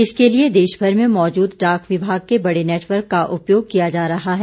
इसके लिए देशभर में मौजूद डाक विभाग के बड़े नेटवर्क का उपयोग किया जा रहा है